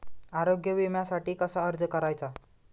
आरोग्य विम्यासाठी कसा अर्ज करायचा?